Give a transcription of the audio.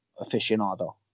aficionado